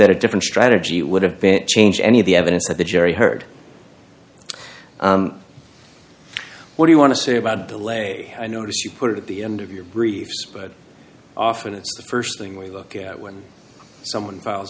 that a different strategy would have been changed any of the evidence that the jury heard what you want to say about the les i notice you put it at the end of your briefs but often it's the st thing we look at when someone files